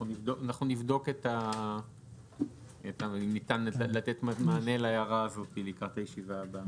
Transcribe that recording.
אנחנו נבדוק אם ניתן לתת מענה להערה הזאת לקראת הישיבה הבאה.